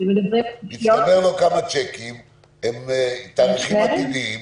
מצטבר לו כמה צ'קים עם תאריכים עתידיים,